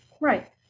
Right